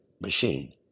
machine